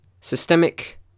Systemic